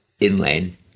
Inland